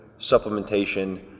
supplementation